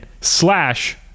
slash